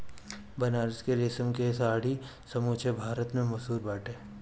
बनारस के रेशम के साड़ी समूचा भारत में मशहूर बाटे